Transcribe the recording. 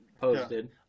posted